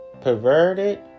Perverted